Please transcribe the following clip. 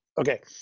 Okay